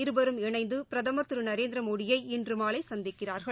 இருவரும் இணைந்து பிரதமா் திரு நரேந்திமோடியை இன்று மாலை சந்திக்கிறாா்கள்